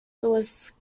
louis